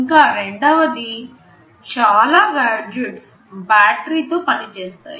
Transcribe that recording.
ఇంకా రెండవది చాలా గాడ్జెట్స్ బ్యాటరీ తో పని చేస్తాయి